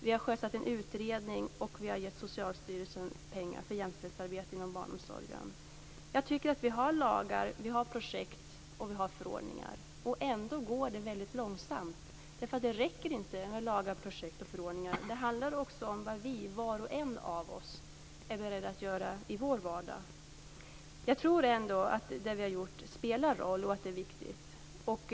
Vi har sjösatt en utredning och gett Det finns lagar, projekt och förordningar. Ändå går det långsamt. Det räcker inte med lagar, projekt och förordningar. Det handlar om vad var och en av oss är beredd att göra i vår vardag. Jag tror ändå att det vi har gjort spelar en roll och är viktigt.